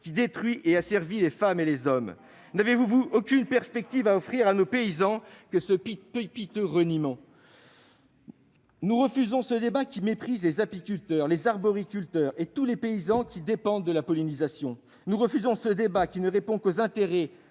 qui détruit et asservit les femmes et les hommes ? Rien que ça ... Honteux ! N'avez-vous aucune autre perspective à offrir à nos paysans que ce piteux reniement ? Nous refusons ce débat qui méprise les apiculteurs, les arboriculteurs et tous les paysans qui dépendent de la pollinisation. Nous refusons ce débat qui ne répond qu'aux intérêts